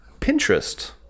pinterest